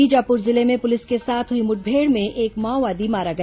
बीजापुर जिले में पुलिस के साथ हुई मुठभेड़ में एक माओवादी मारा गया